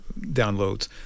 downloads